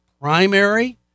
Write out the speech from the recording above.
primary